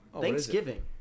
Thanksgiving